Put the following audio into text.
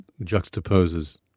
juxtaposes